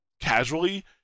casually